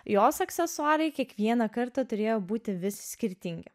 jos aksesuarai kiekvieną kartą turėjo būti vis skirtingi